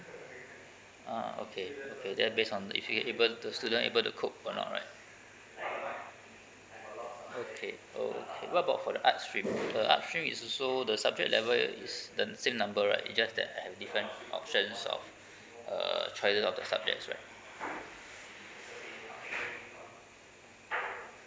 ah okay okay that based on if you're able the student able to cope or not right okay okay what about for the art stream the art stream is also the subject level is the same number right it just that have different options of uh choices of the subjects right